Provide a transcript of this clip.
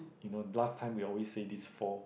you know last time we always say these four